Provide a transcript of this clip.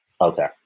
Okay